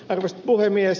arvoisa puhemies